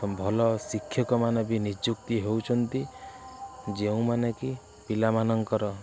ଭଲ ଶିକ୍ଷକମାନେ ବି ନିଯୁକ୍ତି ହଉଛନ୍ତି ଯେଉଁମାନେ କି ପିଲାମାନଙ୍କର